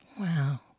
Wow